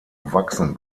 wachsen